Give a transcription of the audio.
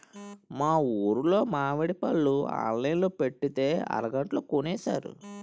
మా ఊరులో మావిడి పళ్ళు ఆన్లైన్ లో పెట్టితే అరగంటలో కొనేశారు